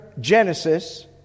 Genesis